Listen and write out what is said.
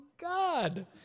God